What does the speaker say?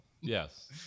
yes